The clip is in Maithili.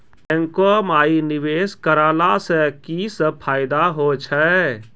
बैंको माई निवेश कराला से की सब फ़ायदा हो छै?